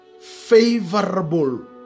favorable